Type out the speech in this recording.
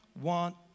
want